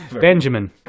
Benjamin